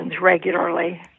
regularly